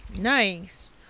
Nice